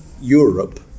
Europe